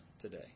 today